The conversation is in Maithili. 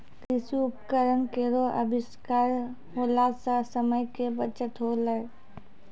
कृषि उपकरण केरो आविष्कार होला सें समय के बचत होलै